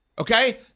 Okay